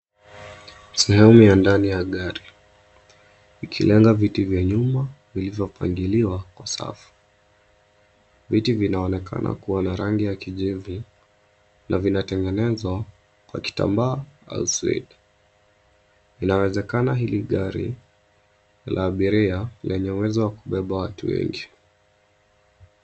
Sehemu ya ndani ya gari. Ikilenga viti vya nyuma, vilivyopangiliwa kwa safu. Viti vinaonekana kuwa na rangi ya kijivu, na vinatengenezwa, kwa kitambaa au suede . Inawezekana hili gari, la abiria, lenye uwezo wa kubeba watu wengi.